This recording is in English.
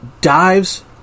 dives